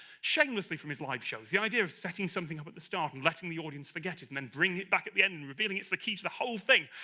shamelessly from his live shows the idea of setting something up at the start and letting the audience forget it and then bring it back at the end and revealing it's the key to the whole thing.